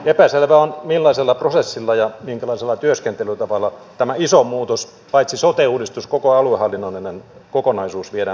epäselvää on millaisella prosessilla ja minkälaisella työskentelytavalla tämä iso muutos paitsi sote uudistus koko aluehallinnollinen kokonaisuus viedään läpi